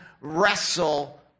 wrestle